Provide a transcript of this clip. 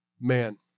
man